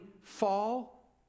fall